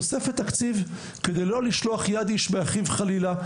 תוספת תקציב כדי לא לשלוח יד איש באחיו חלילה,